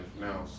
now